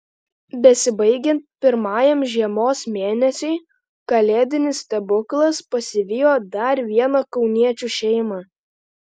besibaigiant pirmajam žiemos mėnesiui kalėdinis stebuklas pasivijo dar vieną kauniečių šeimą